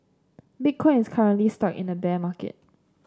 Bitcoin is currently stuck in a bear market